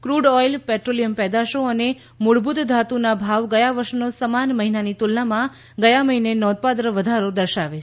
ક્રડ oil petroleum પેદાશો અને મૂળભૂત ધાતુના ભાવ ગયા વર્ષના સમાન મહિનાની તુલનામાં ગયા મહિને નોંધપાત્ર વધારો દર્શાવે છે